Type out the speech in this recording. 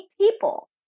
people